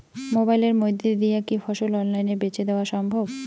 মোবাইলের মইধ্যে দিয়া কি ফসল অনলাইনে বেঁচে দেওয়া সম্ভব?